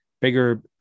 Bigger